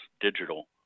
digital